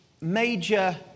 major